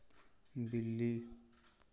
बिल्ली